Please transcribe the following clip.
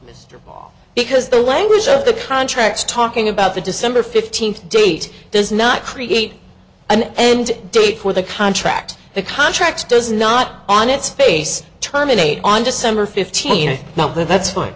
mr ball because the language of the contracts talking about the december fifteenth date does not create an end date for the contract the contract does not on its face terminate on december fifteenth now that's fine